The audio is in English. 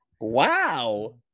Wow